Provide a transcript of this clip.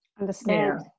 Understand